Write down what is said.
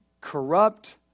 corrupt